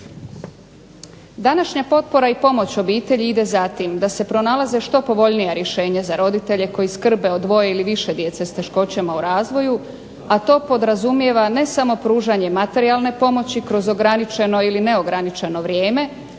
Današnja potpora i pomoć obitelji ide za tim da se pronalaze što povoljnija rješenja za roditelje koji skrbe za dvoje ili više djece s teškoćama u razvoju, a to podrazumijeva ne samo materijalne pomoći kroz ograničeno ili neograničeno vrijeme